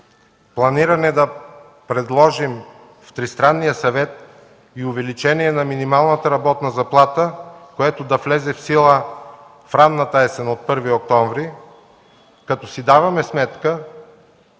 Планираме да предложим в Тристранния съвет и увеличение на минималната работна заплата, което да влезе в сила в ранната есен – от 1 октомври, като си даваме сметка,